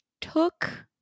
took